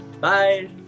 Bye